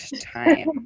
time